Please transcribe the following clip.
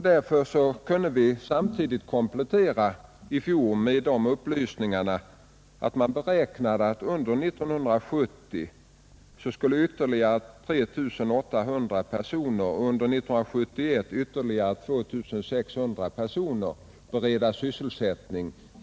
Därför kunde vi i fjol komplettera med upplysningarna att företagen beräknade att under 1970 ytterligare 3 800 personer och under 1971 ytterligare 2 600 personer skulle beredas sysselsättning.